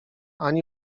ani